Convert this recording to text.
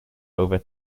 over